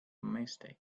mistake